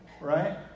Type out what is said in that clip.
right